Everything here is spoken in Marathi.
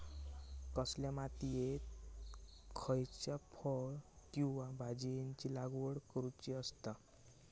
कसल्या मातीयेत खयच्या फळ किंवा भाजीयेंची लागवड करुची असता?